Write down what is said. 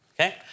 Okay